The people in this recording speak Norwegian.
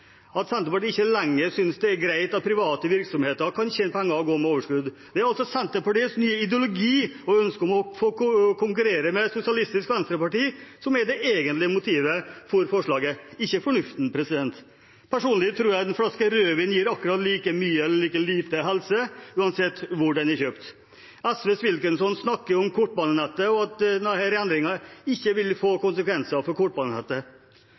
at Senterpartiet ikke lenger synes det er greit at private virksomheter kan tjene penger og gå med overskudd. Det er altså Senterpartiets nye ideologi og ønske om å få konkurrere med Sosialistisk Venstreparti som er det egentlige motivet for forslaget, ikke fornuften. Personlig tror jeg en flaske rødvin gir akkurat like mye eller like lite helse uansett hvor den er kjøpt. SVs Wilkinson snakker om kortbanenettet og at denne endringen ikke vil få konsekvenser for